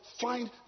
Find